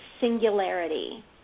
singularity